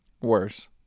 Worse